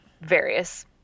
various